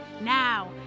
Now